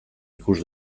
ikus